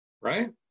right